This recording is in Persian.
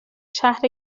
شهر